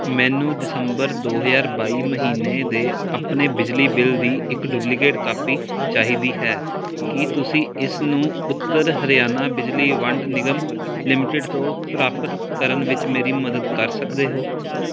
ਮੈਨੂੰ ਦਸੰਬਰ ਦੋ ਹਜ਼ਾਰ ਬਾਈ ਮਹੀਨੇ ਦੇ ਆਪਣੇ ਬਿਜਲੀ ਬਿੱਲ ਦੀ ਇੱਕ ਡੁਪਲੀਕੇਟ ਕਾਪੀ ਚਾਹੀਦੀ ਹੈ ਕੀ ਤੁਸੀਂ ਇਸ ਨੂੰ ਉੱਤਰ ਹਰਿਆਣਾ ਬਿਜਲੀ ਵੰਡ ਨਿਗਮ ਲਿਮਟਿਡ ਤੋਂ ਪ੍ਰਾਪਤ ਕਰਨ ਵਿੱਚ ਮੇਰੀ ਮਦਦ ਕਰ ਸਕਦੇ ਹੋ